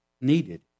needed